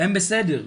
הם בסדר.